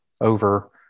over